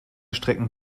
strecken